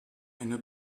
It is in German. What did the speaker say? eine